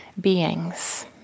beings